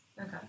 Okay